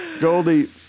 Goldie